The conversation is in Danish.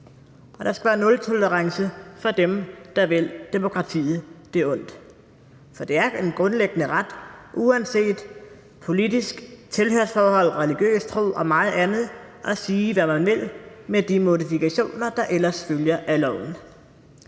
Der skal være nultolerance for dem, der vil demokratiet det ondt, for det er en grundlæggende ret uanset politisk tilhørsforhold, religiøs tro og meget andet at sige, hvad man vil med de modifikationer, der ellers følger af loven.